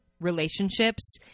relationships